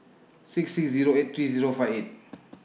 six six Zero eight three Zero five eight